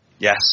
Yes